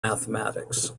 mathematics